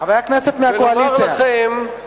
ולומר לכם,